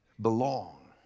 belong